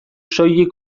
soilik